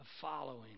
following